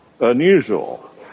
unusual